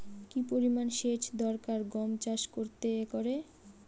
কি পরিমান সেচ দরকার গম চাষ করতে একরে?